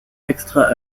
extra